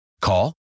Call